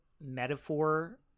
metaphor